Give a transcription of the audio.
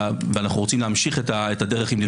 ואנחנו רוצים להמשיך את הדרך עם נפגעת העבירה.